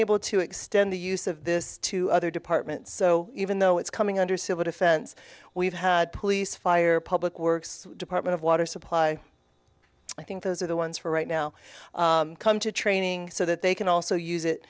able to extend the use of this to other departments so even though it's coming under civil defense we've had police fire public works department of water supply i think those are the ones who are right now come to training so that they can also use it